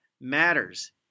matters